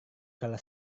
kalau